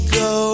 go